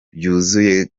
ryuzuye